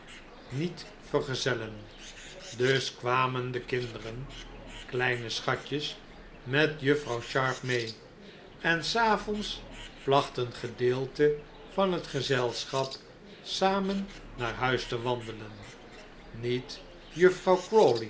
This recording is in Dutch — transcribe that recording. niet vergezellen dus kwamen de kinderen kleine schatjes met juffrouw sharp mee en s avonds placht een gedeelte van het gezelschap samen naar huis te wandelen niet juffrouw